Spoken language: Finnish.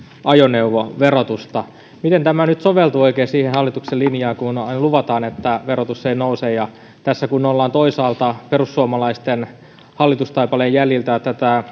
ajoneuvoverotusta miten tämä nyt oikein soveltuu siihen hallituksen linjaan kun aina luvataan että verotus ei nouse tässä kun ollaan toisaalta perussuomalaisten hallitustaipaleen jäljiltä